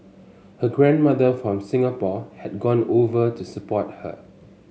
her grandmother from Singapore had gone over to support her